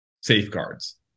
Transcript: safeguards